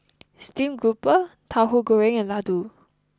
Steamed Grouper Tauhu Goreng and Laddu